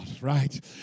right